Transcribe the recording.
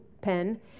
pen